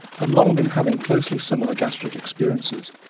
had long been having closely similar gastric experiences,